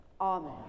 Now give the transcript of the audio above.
Amen